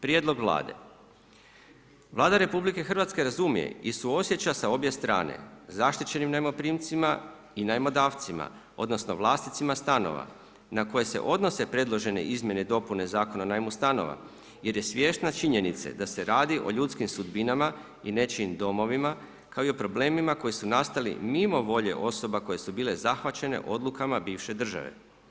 Prijedlog Vlade, Vlada RH razumije i suosjeća sa obje strane zaštićenim najmoprimcima i najmodavcima odnosno vlasnicima stanova na koje se odnose predložene izmjene i dopune Zakona o najmu stanova jer je svjesna činjenice da se radi o ljudskim sudbinama i nečijim domovima kao i o problemima koji su nastali mimo volje osoba koje su bile zahvaćene odlukama bivše države.